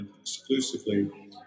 exclusively